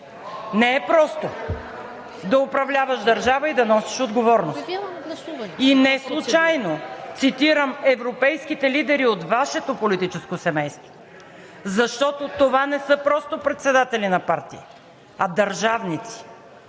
Не е просто да управляваш държава и да носиш отговорност. Неслучайно цитирам европейските лидери от Вашето политическо семейство, защото това не са просто председатели на партии, а държавници,